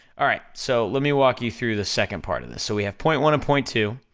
alright, so lemme walk you through the second part of this, so we have point one and point two,